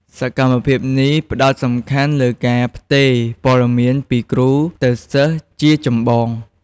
វិធីសាស្ត្រនេះផ្តោតសំខាន់លើការផ្ទេរព័ត៌មានពីគ្រូទៅសិស្សជាចម្បង។